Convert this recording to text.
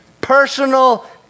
personal